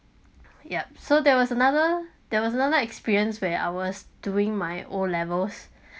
yup so there was another there was another experience where I was doing my O levels